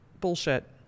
bullshit